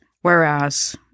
whereas